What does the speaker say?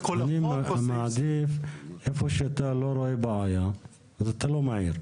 מעדיף שהיכן שאתה לא רואה בעיה, אל תעיר.